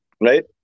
Right